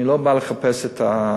אני לא בא לחפש את החסרונות,